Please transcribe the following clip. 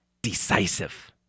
decisive